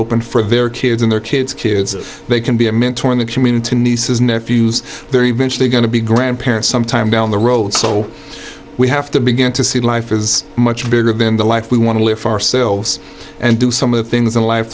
open for their kids in their kids kids if they can be a mentor in the community nieces nephews they're eventually going to be grandparents some time down the road so we have to begin to see life is much bigger than the life we want to live far selves and do some of the things in life